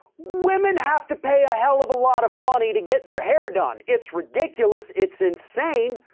women have to pay a hell of a lot of money to get their hair done. it's ridiculous. it's insane,